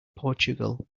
portugal